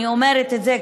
ואני אומרת את זה,